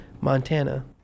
Montana